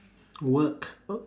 work